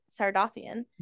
Sardothian